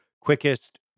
quickest